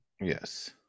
yes